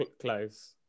close